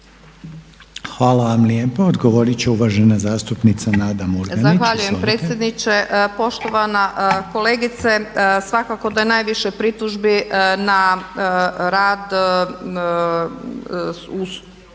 Hvala vam lijepo. Odgovoriti će uvažena zastupnica Nada Murganić. **Murganić, Nada (HDZ)** Zahvaljujem predsjedniče. Poštovana kolegice, svakako da je najviše pritužbi na rad